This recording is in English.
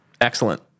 Excellent